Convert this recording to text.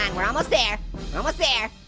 and we're almost there, we're almost there.